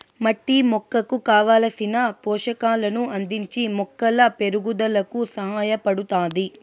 మట్టి మొక్కకు కావలసిన పోషకాలను అందించి మొక్కల పెరుగుదలకు సహాయపడుతాది